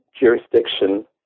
jurisdiction